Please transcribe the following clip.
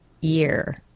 year